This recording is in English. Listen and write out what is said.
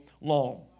long